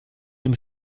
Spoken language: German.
dem